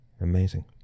Amazing